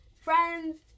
friends